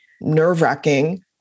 nerve-wracking